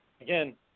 Again